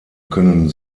können